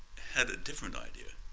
had a different idea.